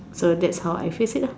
so that's how I faced it lah